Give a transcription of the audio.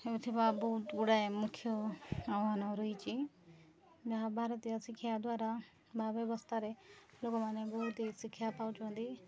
ହେଉଥିବା ବହୁତ ଗୁଡ଼ାଏ ମୁଖ୍ୟ ଆହ୍ୱାନ ରହିଚି ଯାହା ଭାରତୀୟ ଶିକ୍ଷା ଦ୍ୱାରା ବା ବ୍ୟବସ୍ଥାରେ ଲୋକମାନେ ବହୁତ ଶିକ୍ଷା ପାଉଚନ୍ତି